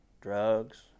drugs